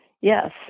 Yes